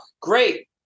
Great